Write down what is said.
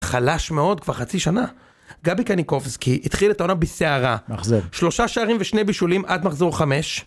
חלש מאוד, כבר חצי שנה. גבי קניקובסקי התחיל את העונה בסערה. מאכזב. שלושה שערים ושני בישולים עד מחזור חמש.